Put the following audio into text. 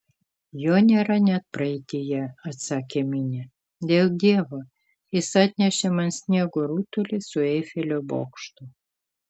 jo nėra net praeityje atsakė minė dėl dievo jis atnešė man sniego rutulį su eifelio bokštu